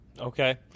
Okay